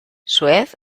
suez